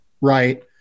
Right